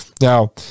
Now